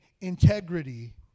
integrity